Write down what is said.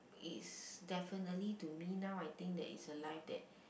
is definitely to me now I think that is a life that